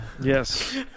Yes